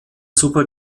super